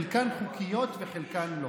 חלקן חוקיות וחלקן לא.